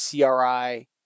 CRI